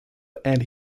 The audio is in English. and